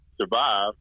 survive